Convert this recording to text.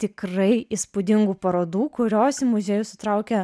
tikrai įspūdingų parodų kurios į muziejus sutraukia